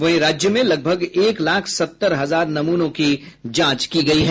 वहीं राज्य में लगभग एक लाख सत्तर हजार नमूनों की जांच की गयी है